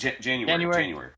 January